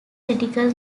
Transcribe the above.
critical